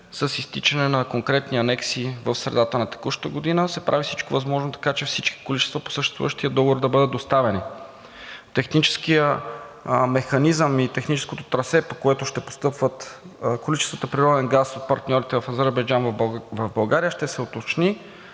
с изтичане на конкретните анекси в средата на текущата година се прави всичко възможно, така че всички количества по съществуващия договор да бъдат доставени. Техническият механизъм и техническото трасе, по което ще постъпват количествата природен газ от партньорите в Азербайджан в България, ще се уточнят